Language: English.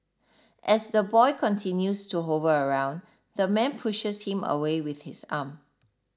as the boy continues to hover around the man pushes him away with his arm